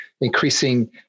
increasing